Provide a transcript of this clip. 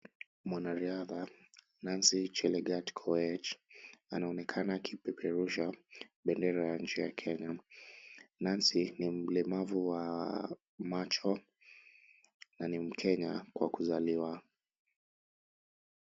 Mwanariadha Nancy Chelagat Koech, anaonekana akipeperusha bendera ya nchi ya Kenya. Nancy ni mlemavu wa macho na ni Mkenya kwa kuzaliwa.